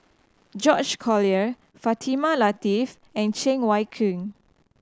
George Collyer Fatimah Lateef and Cheng Wai Keung